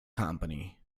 company